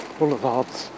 boulevards